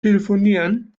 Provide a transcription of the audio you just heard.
telefonieren